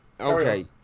okay